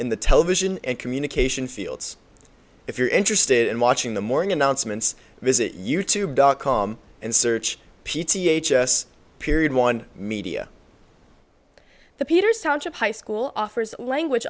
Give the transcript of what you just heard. in the television and communication fields if you're interested in watching the morning announcements visit youtube dot com and search p t h s period one media the peters township high school offers language